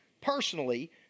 personally